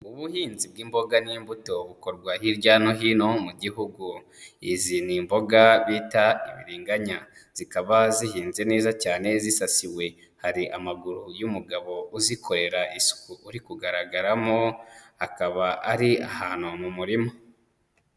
Ubuhinzi bw'imboga n'imbuto bukorwa hirya no hino mu gihugu, izi ni imboga bita ibibiriganya, zikaba zihinze neza cyane zisasiwe, hari amaguru y'umugabo uzikorera isuku uri kugaragaramo, akaba ari ahantu mu murima.